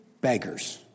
beggars